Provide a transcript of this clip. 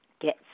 get